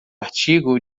artigo